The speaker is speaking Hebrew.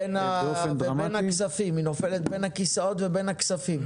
היא נופלת בין הכיסאות ובין הכספים.